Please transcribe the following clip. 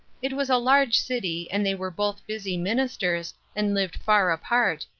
it was a large city, and they were both busy ministers, and lived far apart,